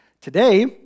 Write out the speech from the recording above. Today